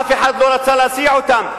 אף אחד לא רצה להסיע אותם.